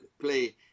play